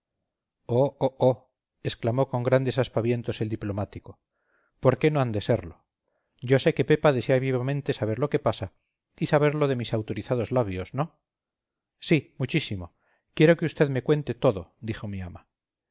exclamó con grandes aspavientos el diplomático por qué no han de serlo yo sé que pepa desea vivamente saber lo que pasa y saberlo de mis autorizados labios no sí muchísimo quiero que vd me cuente todo dijo mi ama